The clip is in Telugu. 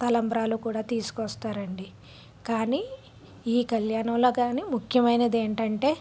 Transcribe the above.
తలంబ్రాలు కూడా తీసుకు వస్తారు అండి కానీ ఈ కళ్యాణంలో కానీ ముఖ్యమైనది ఏంటంటే